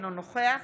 אינו נוכח